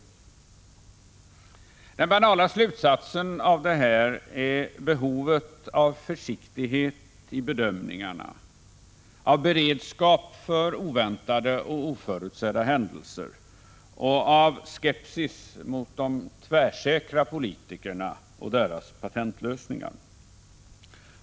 Den banala slutsaten av detta är behovet av försiktighet i bedömningarna, av beredskap för oväntade och oförutsedda händelser och av skepsis mot de tvärsäkra politikerna och deras patentlösningar.